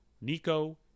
Nico